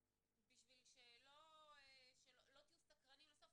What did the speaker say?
בשביל שלא תהיו סקרנים לסוף